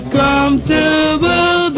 comfortable